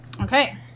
Okay